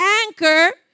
anchor